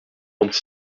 trente